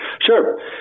Sure